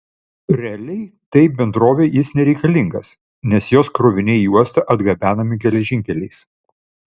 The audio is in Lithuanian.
realiai tai bendrovei jis nereikalingas nes jos kroviniai į uostą atgabenami geležinkeliais